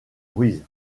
ruiz